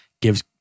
Gives